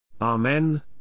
Amen